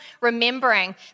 remembering